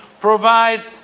provide